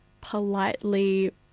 politely